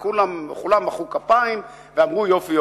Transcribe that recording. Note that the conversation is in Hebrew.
וכולם מחאו כפיים ואמרו: יופי,